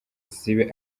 zibe